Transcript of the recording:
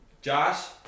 Josh